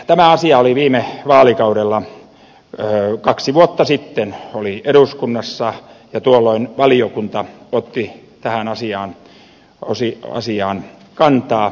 tämä asia oli viime vaalikaudella kaksi vuotta sitten eduskunnassa ja tuolloin valiokunta otti tähän asiaan kantaa